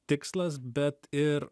tikslas bet ir